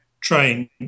train